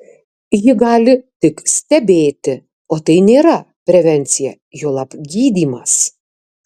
ji gali tik stebėti o tai nėra prevencija juolab gydymas